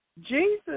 Jesus